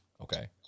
Okay